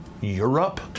Europe